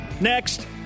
Next